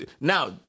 now